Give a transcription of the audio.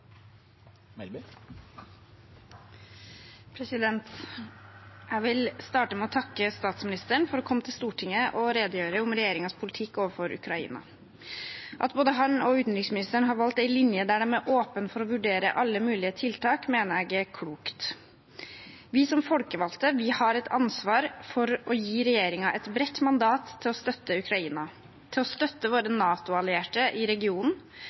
Jeg vil starte med å takke statsministeren for å komme til Stortinget og redegjøre for regjeringens politikk overfor Ukraina. At både han og utenriksministeren har valgt en linje der de er åpne for å vurdere alle mulige tiltak, mener jeg er klokt. Vi som folkevalgte har et ansvar for å gi regjeringen et bredt mandat til å støtte Ukraina og til å støtte våre NATO-allierte i regionen,